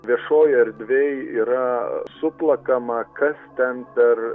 viešojoj erdvėj yra suplakama kas ten per